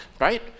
Right